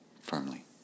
firmly